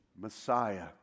Messiah